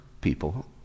people